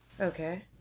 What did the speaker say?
Okay